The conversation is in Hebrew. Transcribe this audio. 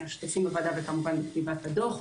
אנחנו שותפים בוועדה וכמובן בכתיבת הדוח.